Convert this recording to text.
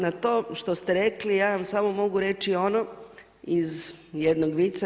Na to što ste rekli ja vam samo mogu reći ono iz jednog vica.